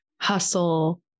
hustle